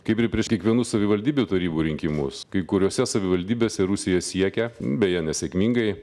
kaip ir prieš kiekvienus savivaldybių tarybų rinkimus kai kuriose savivaldybėse rusija siekia beje nesėkmingai